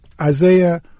Isaiah